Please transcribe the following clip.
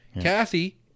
kathy